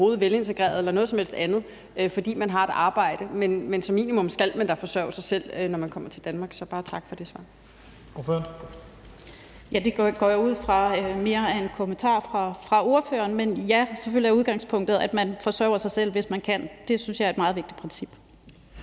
Det går jeg ud fra mere er en kommentar fra spørgeren, men ja, selvfølgelig er udgangspunktet, at man forsørger sig selv, hvis man kan. Det synes jeg er et meget vigtigt princip.